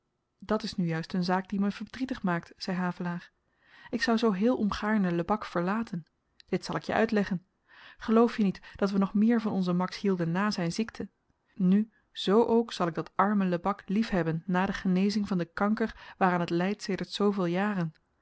dat is nu juist een zaak die me verdrietig maakt zei havelaar ik zou zoo heel ongaarne lebak verlaten dit zal ik je uitleggen geloof je niet dat we nog meer van onzen max hielden na zyn ziekte nu z ook zal ik dat arme lebak liefhebben na de genezing van den kanker waaraan t lydt sedert zooveel jaren